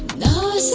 nine